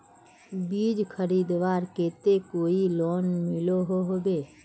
बीज खरीदवार केते कोई लोन मिलोहो होबे?